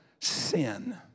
sin